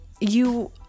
you-